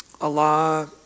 Allah